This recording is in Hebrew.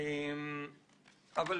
חוץ